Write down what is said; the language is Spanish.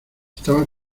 estaba